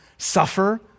suffer